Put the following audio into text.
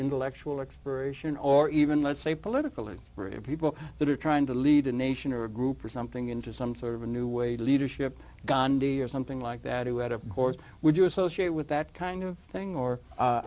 ntellectual expiration or even let's say political group of people that are trying to lead a nation or a group or something into some sort of a new way leadership gandhi or something like that who had of course would you associate with that kind of thing or